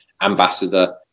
ambassador